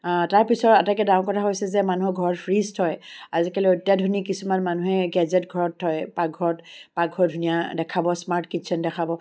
তাৰপিছত আটাইতকৈ ডাঙৰ কথা হৈছে যে মানুহৰ ঘৰত ফ্ৰীজ থয় আজিকালি অত্যাধুনিক কিছুমান মানুহে গেজেট ঘৰত থয় পাকঘৰ পাকঘৰ ধুনীয়া দেখাব স্মাৰ্ট কিচ্ছেন দেখাব